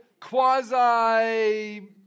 Quasi